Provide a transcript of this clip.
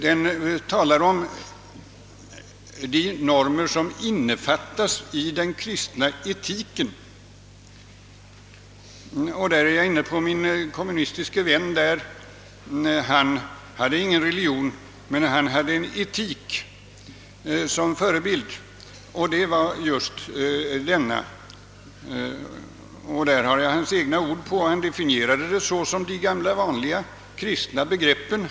Den talar om de normer som innefattas i den kristna etiken. Min meromnämnde kommunistiske vän har ingen religion men han har vissa etiska normer. Dessa definierade han som »de gamla vanliga kristna begreppen».